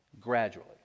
gradually